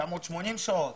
980 שעות